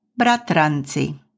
bratranci